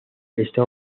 está